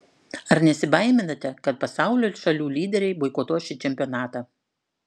ar nesibaiminate kad pasaulio šalių lyderiai boikotuos šį čempionatą